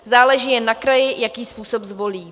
Záleží jen na kraji, jaký způsob zvolí.